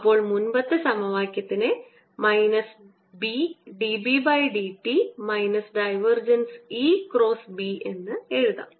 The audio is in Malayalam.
അപ്പോൾ മുൻപത്തെ സമവാക്യത്തിനെ minus B dB by dt minus divergence E cross B എന്നെഴുതാം